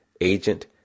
agent